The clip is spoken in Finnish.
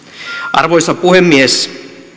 arvoisa puhemies